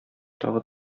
тагы